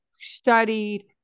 studied